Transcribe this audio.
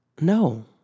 no